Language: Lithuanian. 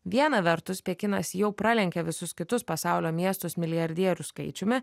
viena vertus pekinas jau pralenkė visus kitus pasaulio miestus milijardierių skaičiumi